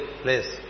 place